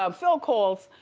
um phil calls,